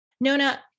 Nona